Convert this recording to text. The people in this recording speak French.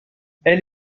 elle